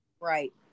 Right